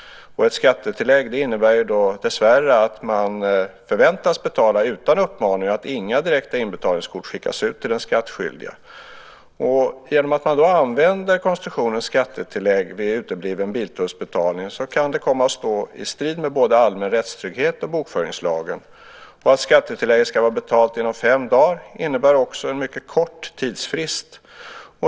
Ett skattetillägg innebär dessvärre att man förväntas att betala utan uppmaning och att inga inbetalningskort skickas ut till den skattskyldige. Genom att man använder konstruktionen skattetillägg vid utebliven biltullsbetalning kan det komma att stå i strid med både allmän rättstrygghet och bokföringslagen. Att skattetillägget ska vara betalt inom fem dagar innebär också en mycket kort tidsfrist.